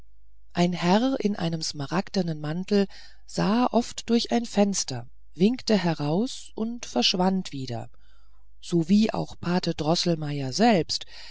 ein herr in einem smaragdenen mantel sah oft durch ein fenster winkte heraus und verschwand wieder sowie auch pate droßelmeier selbst